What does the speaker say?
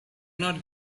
not